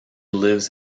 lives